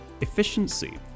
efficiency